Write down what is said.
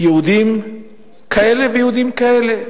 יהודים כאלה ויהודים כאלה.